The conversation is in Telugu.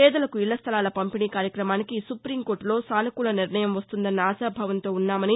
పేదలకు ఇళ్ల స్టలాల పంపిణీ కార్యక్రమానికి సుప్రీంకోర్టులో సానుకూల నిర్ణయం వస్తుందన్న ఆశాభావంతో ఉన్నామని